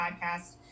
podcast